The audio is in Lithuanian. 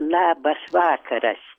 labas vakaras